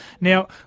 Now